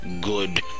good